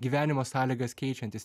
gyvenimo sąlygas keičiantys